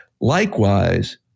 likewise